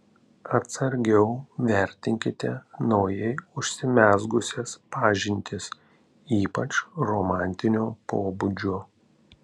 atsargiau vertinkite naujai užsimezgusias pažintis ypač romantinio pobūdžio